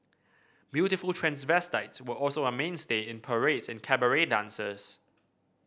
beautiful transvestites were also a mainstay in parades and cabaret dances